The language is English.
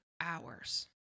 hours